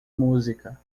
música